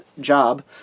job